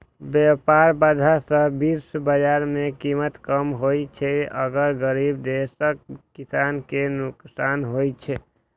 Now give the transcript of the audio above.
व्यापार बाधा सं विश्व बाजार मे कीमत कम होइ छै आ गरीब देशक किसान कें नुकसान होइ छै